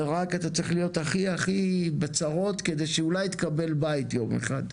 ורק אתה צריך להיות הכי הכי בצרות כדי שאולי תקבל בית יום אחד,